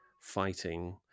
fighting